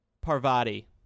Parvati